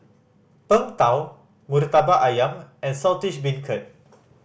Png Tao Murtabak Ayam and Saltish Beancurd